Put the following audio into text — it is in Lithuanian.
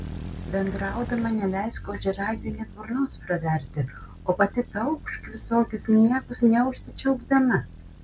bendraudama neleisk ožiaragiui net burnos praverti o pati taukšk visokius niekus neužsičiaupdama